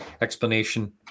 explanation